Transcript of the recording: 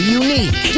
unique